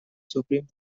supreme